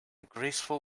graceful